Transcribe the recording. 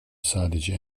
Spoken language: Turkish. sadece